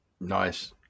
Nice